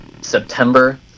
September